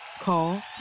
Call